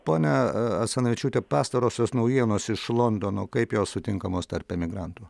ponia asanavičiūte pastarosios naujienos iš londono kaip jos sutinkamos tarp emigrantų